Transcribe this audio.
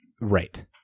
Right